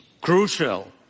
crucial